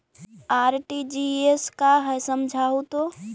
RTGS का है समझाहू तो?